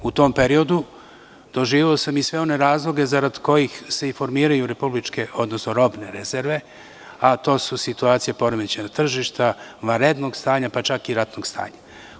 U tom periodu doživeo sam i sve one razloge zarad kojih se i formiraju republičke odnosno robne rezerve, a to su: situacija poremećaja tržišta, vanredno stanje pa čak i ratno stanje.